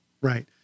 right